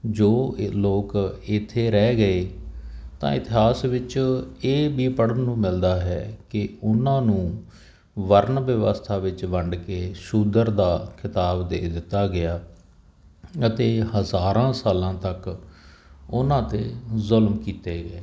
ਜੋ ਇਹ ਲੋਕ ਇੱਥੇ ਰਹਿ ਗਏ ਤਾਂ ਇਤਿਹਾਸ ਵਿੱਚ ਇਹ ਵੀ ਪੜ੍ਹਨ ਨੂੰ ਮਿਲਦਾ ਹੈ ਕਿ ਉਹਨਾਂ ਨੂੰ ਵਰਨ ਵਿਵਸਥਾ ਵਿੱਚ ਵੰਡ ਕੇ ਸ਼ੂਦਰ ਦਾ ਖਿਤਾਬ ਦੇ ਦਿੱਤਾ ਗਿਆ ਅਤੇ ਹਜ਼ਾਰਾਂ ਸਾਲਾਂ ਤੱਕ ਉਹਨਾਂ 'ਤੇ ਜ਼ੁਲਮ ਕੀਤੇ ਗਏ